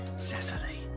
Cecily